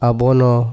Abono